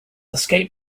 escaped